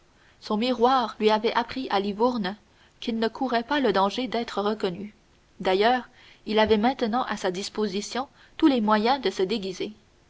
son miroir lui avait appris à livourne qu'il ne courait pas le danger d'être reconnu d'ailleurs il avait maintenant à sa disposition tous les moyens de se déguiser